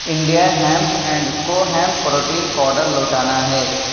India Hemp and Co hemp protein powder لوٹانا ہے